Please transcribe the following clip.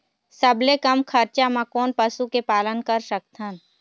सबले कम खरचा मा कोन पशु के पालन कर सकथन?